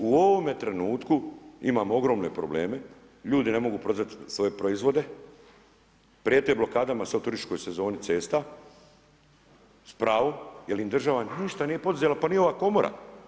U ovome trenutku imamo ogromne probleme, ljudi ne mogu prodat svoje proizvode, prijete blokadama sad u turističkoj sezoni cesta, s pravom, jer im država ništa nije poduzela pa ni ova komora.